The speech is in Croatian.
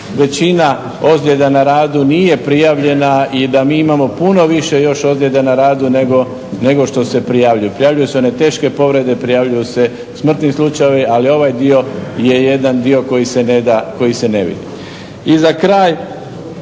većina ozljeda na radu nije prijavljena i da mi imamo puno više još ozljeda na radu nego što se prijavljuju. Prijavljuju se one teške povrede, prijavljuju se smrtni slučajevi, ali ovaj dio je jedan dio koji se ne vidi. I za kraj